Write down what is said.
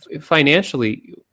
financially